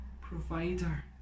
provider